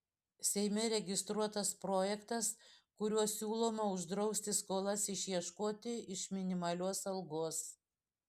seime registruotas projektas kuriuo siūloma uždrausti skolas išieškoti iš minimalios algos